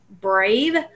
brave